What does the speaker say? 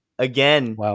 Again